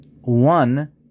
one